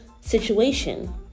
situation